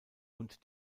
und